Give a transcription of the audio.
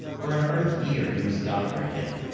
for an earth year, he was a doctor again,